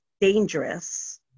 dangerous